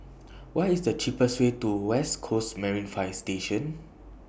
What IS The cheapest Way to West Coast Marine Fire Station